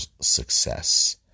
success